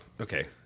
Okay